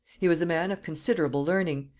he was a man of considerable learning,